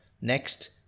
Next